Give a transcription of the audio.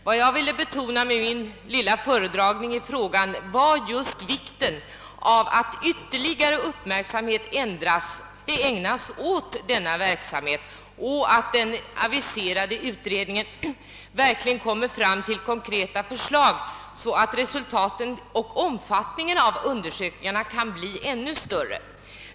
Vad jag ville betona med min lilla föredragning i frågan var just vikten av att ytterligare uppmärksamhet ägnas åt denna verksamhet och att den aviserade utredningen verkligen kommer fram till konkreta förslag, så att resultaten och omfattningen av verksamheten kan bli ännu större.